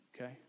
Okay